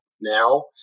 now